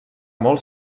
molt